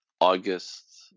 August